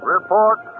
Report